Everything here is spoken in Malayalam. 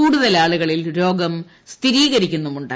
കൂടുതൽ ആളുകളിൽ രോഗം സ്ഥിരീകരിക്കുന്നുണ്ട്